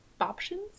options